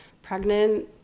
pregnant